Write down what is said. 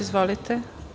Izvolite.